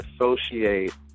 associate